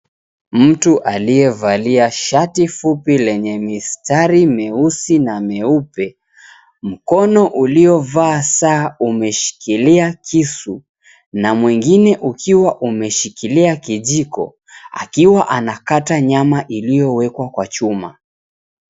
Mtu aliyevalia shati fupi lenye mistari meusi na meupe. Mkono uliovaa saa umeshikilia kisu na mwengine ukiwa umeshikilia kijiko akiwa anakata nyama iliyowekwa kwa chuma.